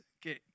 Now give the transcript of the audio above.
que